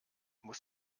muss